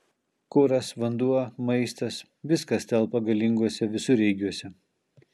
kuras vanduo maistas viskas telpa galinguose visureigiuose